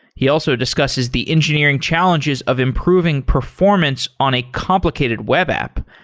he also discusses the engineering challenges of improving performance on a complicated web app,